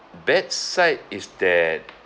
bad side is that